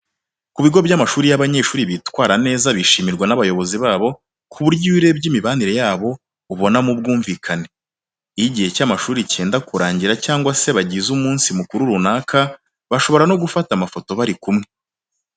Ku bigo by'amashuri iyo abanyeshuri bitwara neza bishimirwa n'abayobozi babo, ku buryo iyo urebye imibanire yabo, ubonamo ubwumvikane. Iyo igihe cy'amashuri cyenda kurangira cyangwa se bagize umunsi mukuru runaka, bashobora no gufata amafoto bari kumwe.